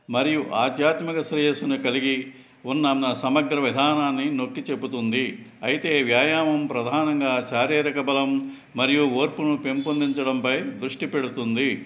మరియు ఆధ్యాత్మిక శ్రేయస్సును కలిగి ఉన్నన్న సమగ్ర విధానాన్ని నొక్కి చెపుతుంది అయితే వ్యాయామం ప్రధానంగా శారీరక బలం మరియు ఓర్పును పెంపొందించడం పై దృష్టి పెడుతుంది